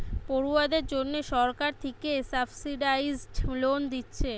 পড়ুয়াদের জন্যে সরকার থিকে সাবসিডাইস্ড লোন দিচ্ছে